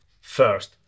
first